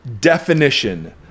definition